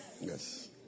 Yes